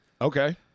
Okay